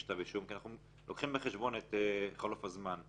כתב אישום כי אנחנו לוקחים בחשבון את חלוף הזמן.